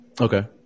Okay